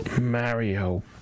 Mario